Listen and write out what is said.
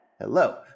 Hello